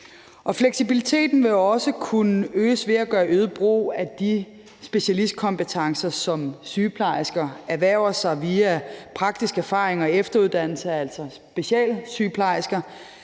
Fleksibiliteten vil også kunne øges ved at gøre øget brug af de specialistkompetencer, som sygeplejersker erhverver sig via praktisk erfaring og efteruddannelse, altså specialsygeplejersker.